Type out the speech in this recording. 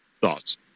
Thoughts